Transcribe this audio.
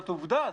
זו עובדה.